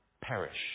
perish